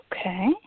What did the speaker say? Okay